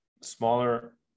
smaller